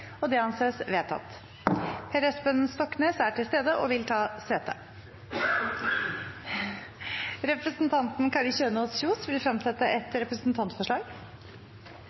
– Det anses vedtatt. Per Espen Stoknes er til stede og vil ta sete. Representanten Kari Kjønaas Kjos vil fremsette et representantforslag.